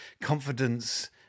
confidence